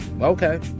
okay